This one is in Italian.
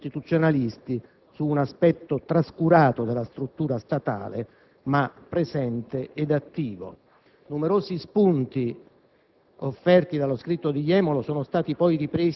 volto a richiamare l'attenzione dei costituzionalisti su un aspetto trascurato della struttura statale, ma presente ed attivo. Numerosi spunti